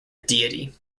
deity